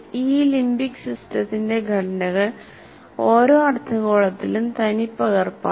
ഈ ലിംബിക് സിസ്റ്റത്തിന്റെ ഘടനകൾ ഓരോ അർദ്ധഗോളത്തിലും തനിപ്പകർപ്പാണ്